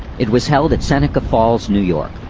it was held at seneca falls, new york,